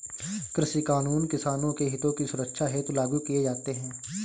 कृषि कानून किसानों के हितों की सुरक्षा हेतु लागू किए जाते हैं